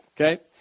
Okay